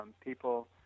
people